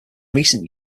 recent